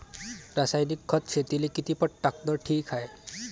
रासायनिक खत शेतीले किती पट टाकनं ठीक हाये?